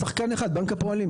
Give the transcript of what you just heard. יש שחקן אחד בנק הפועלים.